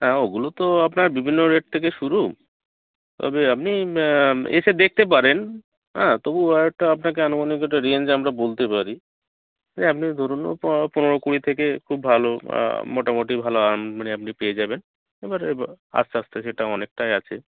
হ্যাঁ ওগুলো তো আপনার বিভিন্ন রেট থেকে শুরু তবে আপনি এসে দেখতে পারেন হ্যাঁ তবু একটা আপনাকে আনুমানিক একটা রেঞ্জ আমরা বলতে পারি এই আপনি ধরুন পনেরো কুড়ি থেকে খুব ভালো মোটামুটি ভালো মানে আপনি পেয়ে যাবেন এবারে আস্তে আস্তে সেটা অনেকটাই আছে